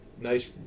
nice